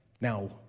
Now